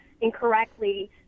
incorrectly